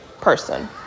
person